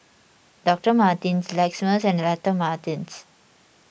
Doctor Martens Lexus and Doctor Martens